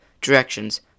Directions